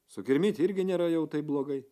sukirmyti irgi nėra jau taip blogai